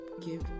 give